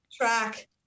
track